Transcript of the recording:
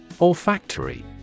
Olfactory